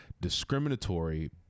discriminatory